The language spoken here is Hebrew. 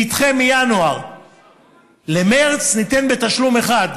נדחה מינואר למרס, וניתן בתשלום אחד.